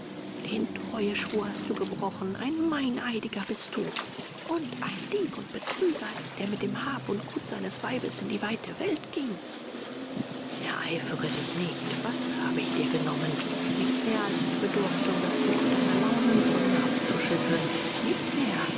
den treueschwur hast du gebrochen ein meineidiger bist du und ein dieb und betrüger der mit dem hab und gut seines weibes in die weite welt ging ereifere dich nicht was habe ich dir genommen nicht mehr als ich bedurfte um das joch deiner launen von mir abzuschütteln nicht mehr